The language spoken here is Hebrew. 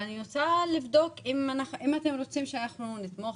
אם אתם רוצים שאנחנו נתמוך,